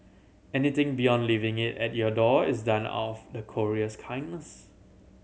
anything beyond leaving it at your door is done of the courier's kindness